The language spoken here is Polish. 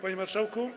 Panie Marszałku!